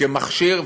כמכשיר,